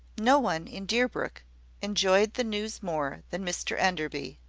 no one in deerbrook enjoyed the news more than mr enderby.